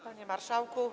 Panie Marszałku!